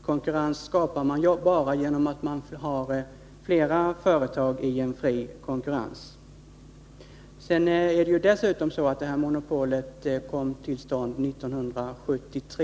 Konkurrens skapas bara genom att flera företag arbetar i en fri marknad. Låt mig slutligen till Birgitta Johansson säga att detta monopol kom till stånd år 1973.